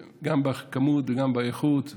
גם בכמות וגם באיכות,